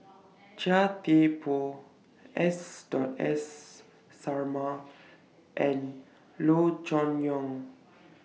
Chia Thye Poh S Dot S Sarma and Loo Choon Yong